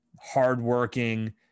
hardworking